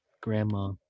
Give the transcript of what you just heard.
grandma